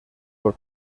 por